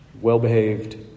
well-behaved